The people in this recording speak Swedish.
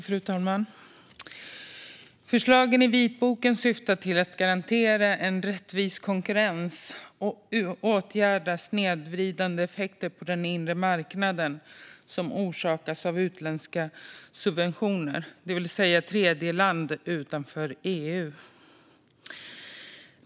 Fru talman! Förslagen i vitboken syftar till att garantera en rättvis konkurrens och åtgärda snedvridande effekter på den inre marknaden som orsakas av utländska subventioner, det vill säga från tredjeländer utanför EU.